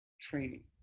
training